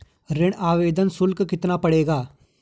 ऋण आवेदन शुल्क कितना पड़ेगा?